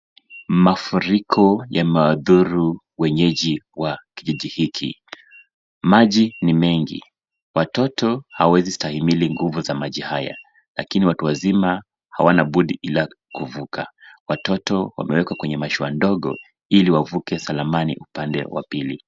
Mafuriko yamewadhuru wenyeji wa kijiji hiki. Mji ni mengi, watoto hawawezi stahimili nguvu za maji haya, lakini watu wazima hawana budi ila kuvuka. Watoto wamewekwa kwenye mashua ndogo, ili wavuke salamani upande wa pili.